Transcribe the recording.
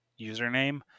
username